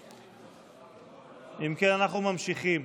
אם כן, אנחנו ממשיכים.